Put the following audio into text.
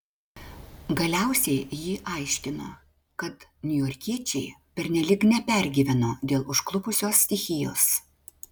galiausiai ji aiškino kad niujorkiečiai pernelyg nepergyveno dėl užklupusios stichijos